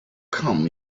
come